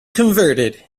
converted